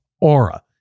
Aura